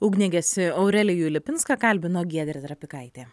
ugniagesį aurelijų lipinską kalbino giedrė trapikaitė